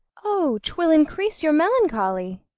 o, twill increase your melancholy!